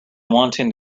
wanting